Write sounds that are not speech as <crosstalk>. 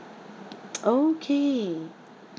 <noise> okay